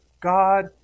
God